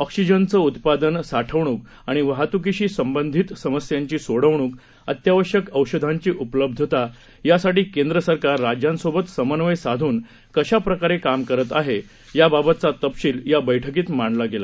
ऑक्सिजनचं उत्पादन साठवणूक आणि वाहतूकीशी संबंधित समस्यांची सोडवणूक अत्यावश्यक औषधांची उपलब्धता यासाठी केंद्र सरकार राज्यांसोबत समन्वय साधून कशाप्रकारे काम करत आहे याबाबतचा तपशील या बैठकीत मांडला गेला